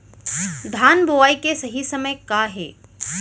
धान बोआई के सही समय का हे?